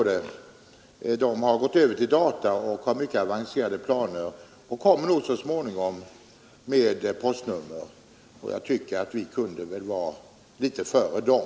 Danskarna har gått över till data. De har mycket avancerade planer och kommer nog så småningom med postnummer. Jag tycker att vi väl kunde vara litet före dem.